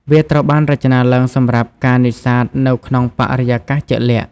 វាត្រូវបានរចនាឡើងសម្រាប់ការនេសាទនៅក្នុងបរិយាកាសជាក់លាក់។